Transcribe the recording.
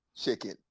Chicken